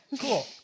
cool